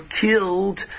killed